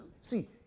See